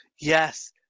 Yes